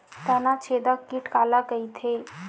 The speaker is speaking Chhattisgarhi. तनाछेदक कीट काला कइथे?